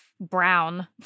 Brown